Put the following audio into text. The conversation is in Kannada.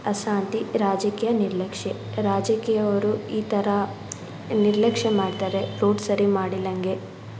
ಅಶಾಂತಿ ರಾಜಕೀಯ ನಿರ್ಲಕ್ಷೆ ರಾಜಕೀಯವರು ಈ ತರ ನಿರ್ಲಕ್ಷೆ ಮಾಡ್ತಾರೆ ರೋಡ್ ಸರಿ ಮಾಡಿಲ್ಲಂಗೆ